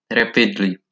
rapidly